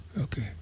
okay